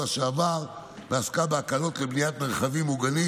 שעבר ועסק בהקלות לבניית מרחבים מוגנים.